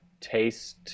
taste